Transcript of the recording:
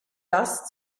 das